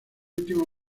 último